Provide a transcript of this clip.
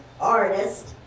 artist